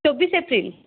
Chabbish April